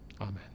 Amen